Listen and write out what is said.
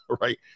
right